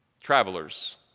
Travelers